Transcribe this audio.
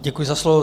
Děkuji za slovo.